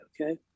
okay